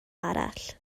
arall